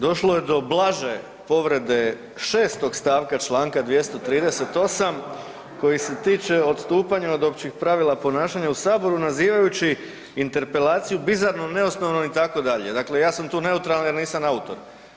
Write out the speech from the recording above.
Došlo je do blaže povrede 6. st, čl. 238. koji se tiče odstupanja od općih pravila ponašanja u saboru nazivajući interpelaciju bizarnom, neosnovanom itd., dakle ja sam tu neutralan jer nisam autor.